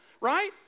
right